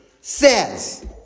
says